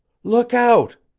look out!